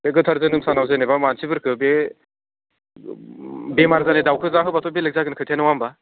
बे गोथार जोनोम सानाव जेनेबा मानसिफोरखौ बे बेमार जानाय दाउखौ जाहोबाथ' बेलेग जागोन खोथाया नङा होमबा